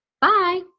Bye